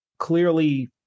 Clearly